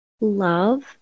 love